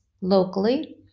locally